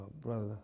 brother